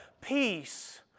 Peace